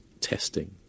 testing